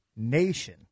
Nation